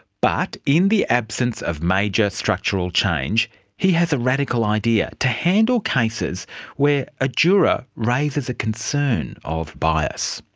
but in the absence of major structural change he has a radical idea to handle cases where a juror raises a concern of bias.